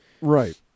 right